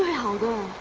home.